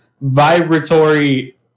vibratory